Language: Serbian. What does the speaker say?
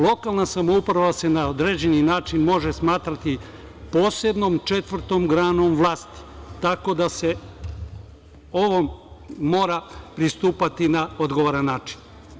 Lokalna samouprava se na određeni način može smatrati posebnom, četvrtom granom vlasti, tako da se ovome mora pristupati na odgovoran način.